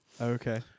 Okay